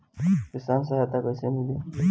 किसान सहायता कईसे मिली?